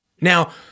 Now